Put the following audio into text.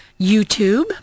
YouTube